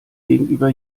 gegenüber